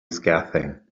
scathing